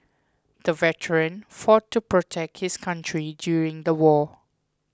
the veteran fought to protect his country during the war